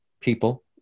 people